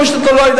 אתה אומר,